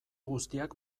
guztiak